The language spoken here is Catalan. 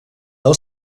del